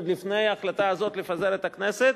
עוד לפני ההחלטה הזאת לפזר את הכנסת,